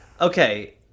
Okay